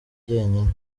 jyenyine